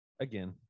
again